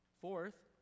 Fourth